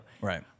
Right